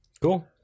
Cool